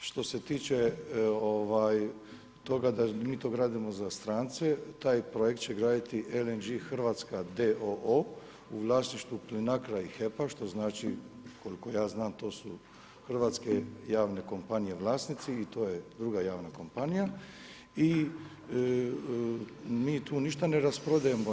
Što se tiče toga da mi to gradimo za strance, taj projekt će graditi LNG Hrvatska d.o.o. u vlasništvu Plinacro-a i HEP-a koliko ja znam to su hrvatske javne kompanije vlasnici i to je druga javna kompanija i mi tu ništa ne rasprodajemo.